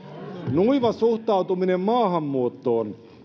nuiva suhtautuminen maahanmuuttoon